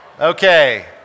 Okay